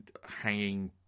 hanging